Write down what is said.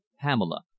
pamela